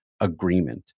agreement